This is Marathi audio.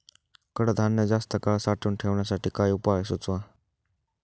कडधान्य जास्त काळ साठवून ठेवण्यासाठी काही उपाय सुचवा?